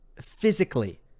Physically